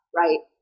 right